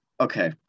Okay